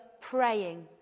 praying